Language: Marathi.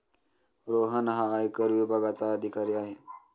रोहन हा आयकर विभागाचा अधिकारी आहे